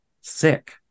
sick